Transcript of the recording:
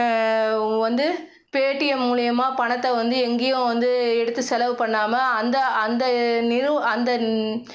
வந்து பேடிஎம் மூலிமா பணத்தை வந்து எங்கேயும் வந்து எடுத்து செலவு பண்ணாமல் அந்த அந்த நிறு அந்த